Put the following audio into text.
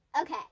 Okay